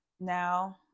now